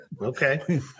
okay